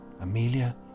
Amelia